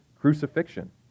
crucifixion